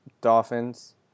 Dolphins